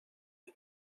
him